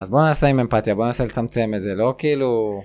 אז בוא נעשה עם אמפתיה, בוא נעשה לצמצם את זה, לא כאילו...